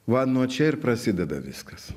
va nuo čia ir prasideda viskas